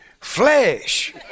flesh